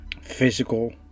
physical